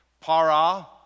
Para